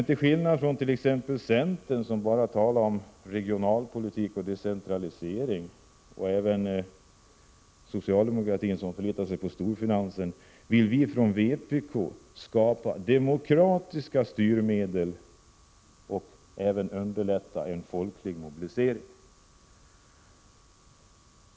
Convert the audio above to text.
Till skillnad från t.ex. centern, som bara talar om regionalpolitik och decentralisering, och även socialdemokratin Prot. 1986/87:128 som förlitar sig på storfinansen, vill vi från vpk skapa demokratiska styrmedel och underlätta en folklig mobilisering.